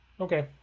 Okay